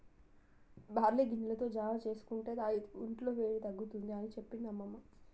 barley గింజలతో జావా చేసుకొని తాగితే వొంట్ల వేడి తగ్గుతుంది అని అమ్మమ్మ చెప్పేది